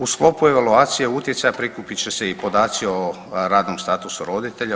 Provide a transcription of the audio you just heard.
U sklopu evaluacije utjecaja prikupit će se i podaci o radnom statusu roditelja.